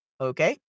Okay